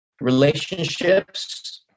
relationships